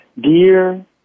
Dear